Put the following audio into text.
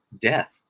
death